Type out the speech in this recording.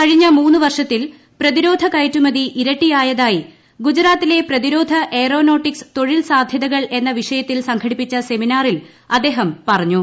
കഴിഞ്ഞ മൂന്ന് വർഷത്തിൽ പ്രതിരോധ ക്യ്റ്റുമതി ഇരട്ടിയായതായി ഗുജറാത്തിലെ പ്രതിരോധ എയ്റ്റോനോട്ടിക്സ് തൊഴിൽ സാധ്യതകൾ എന്ന വിഷയത്തിൽ സംഘട്ടിപ്പിച്ചു സെമിനാറിൽ അദ്ദേഹം പറഞ്ഞു